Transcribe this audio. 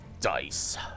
Dice